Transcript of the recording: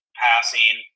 passing